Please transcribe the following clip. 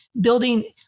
building